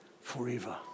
forever